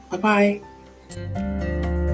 bye-bye